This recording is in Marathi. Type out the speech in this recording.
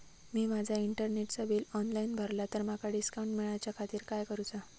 मी माजा इंटरनेटचा बिल ऑनलाइन भरला तर माका डिस्काउंट मिलाच्या खातीर काय करुचा?